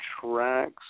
tracks